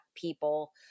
people